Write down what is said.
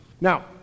Now